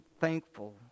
thankful